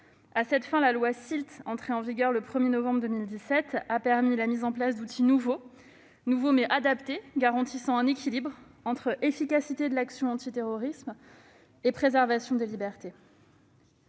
À cette fin, la loi SILT, entrée en vigueur le 1 novembre 2017, a permis le déploiement d'outils nouveaux, mais adaptés, garantissant un équilibre entre efficacité de l'action antiterroriste et préservation des libertés.